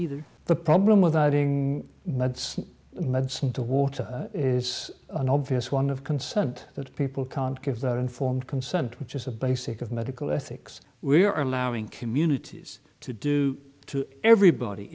either the problem with adding meds into water is an obvious one of consent that people can't give their informed consent which is a basic of medical ethics we are allowing communities to do to everybody